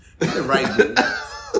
Right